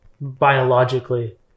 biologically